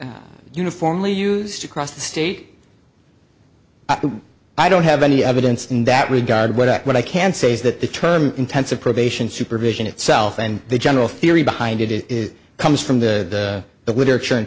is uniformly used across the state i don't have any evidence in that regard what i can say is that the term intensive probation supervision itself and the general theory behind it it comes from the literature and